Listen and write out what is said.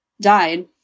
died